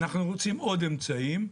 אנחנו רוצים עוד אמצעים.